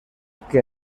que